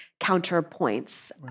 counterpoints